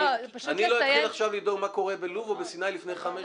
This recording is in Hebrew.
אני לא אתחיל עכשיו לדאוג מה קרה בלוב או בסיני לפני חמש שנים.